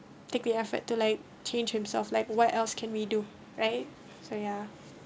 take the effort to like change himself like what else can we do right so ya